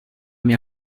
mia